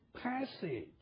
passage